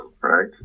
right